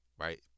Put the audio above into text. right